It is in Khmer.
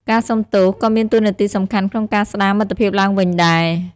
ការសូមទោសក៏មានតួនាទីសំខាន់ក្នុងការស្ដារមិត្តភាពឡើងវិញដែរ។